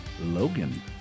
Logan